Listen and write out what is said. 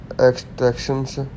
extractions